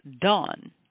done